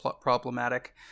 problematic